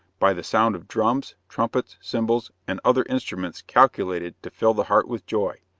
by the sound of drums, trumpets, cymbals, and other instruments calculated to fill the heart with joy.